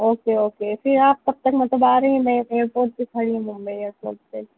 okay okay پھر آپ کب تک مطلب آ رہے ہیں میں ایئر پورٹ پہ کھڑی ہوں میں ایئر پورٹ پہ